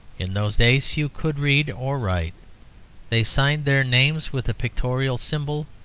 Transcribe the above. in those days few could read or write they signed their names with a pictorial symbol,